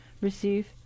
receive